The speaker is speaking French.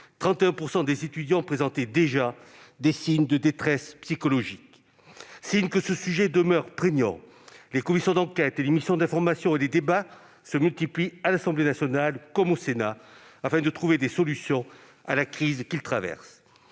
31 % des étudiants présentaient déjà des signes de détresse psychologique. Signe que ce sujet demeure prégnant, les commissions d'enquête, les missions d'information et les débats se multiplient à l'Assemblée nationale comme au Sénat afin de trouver des solutions à la crise que les étudiants